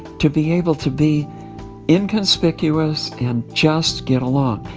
to be able to be inconspicuous and just get along.